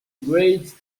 greater